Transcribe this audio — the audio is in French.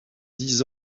dix